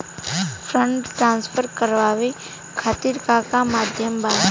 Fund transfer करवाये खातीर का का माध्यम बा?